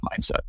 mindset